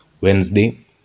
wednesday